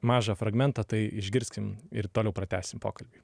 mažą fragmentą tai išgirskim ir toliau pratęsim pokalbį